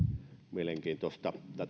mielenkiintoista